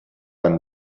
and